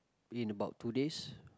in about two days